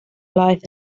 life